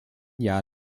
jahr